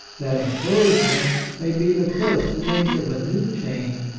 that encouragement may be the first link of a new chain,